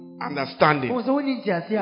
understanding